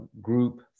group